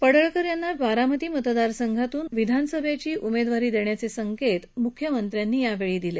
पडळकर यांना बारामती मतदार संघातून विधानसभेची उमेदवारी देण्याचे संकेत मुख्यमंत्र्यांनी यावेळी दिले